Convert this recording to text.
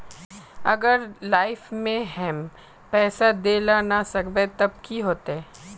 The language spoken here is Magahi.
अगर लाइफ में हैम पैसा दे ला ना सकबे तब की होते?